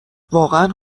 واقعا